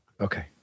Okay